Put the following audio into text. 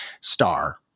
star